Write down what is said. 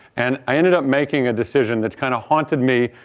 and i ended up making a decision that's kind of haunted me,